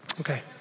Okay